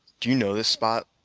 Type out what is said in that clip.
do you know this spot!